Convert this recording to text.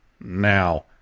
now